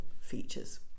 features